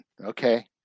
Okay